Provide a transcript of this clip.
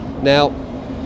Now